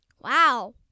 Wow